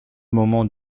moment